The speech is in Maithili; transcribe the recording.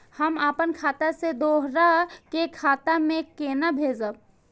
हम आपन खाता से दोहरा के खाता में केना भेजब?